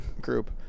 group